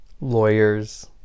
lawyers